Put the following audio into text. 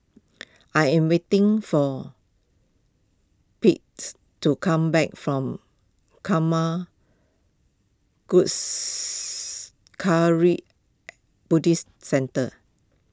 I am waiting for Paityns to come back from Karma Buddhist Centre